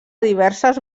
diverses